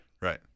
Right